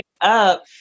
up